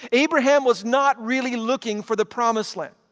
abraham was not really looking for the promised land.